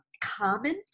common